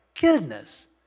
goodness